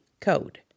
code